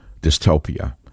dystopia